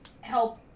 help